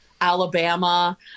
Alabama-